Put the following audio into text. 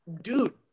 Dude